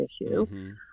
issue